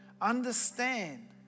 Understand